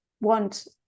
want